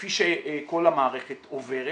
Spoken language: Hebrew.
כפי שכל המערכת עוברת.